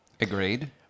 Agreed